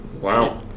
Wow